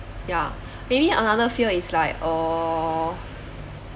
ya maybe another fear is like uh